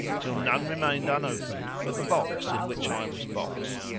till none remained unopened but the box in which i was boxed.